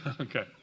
Okay